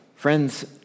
Friends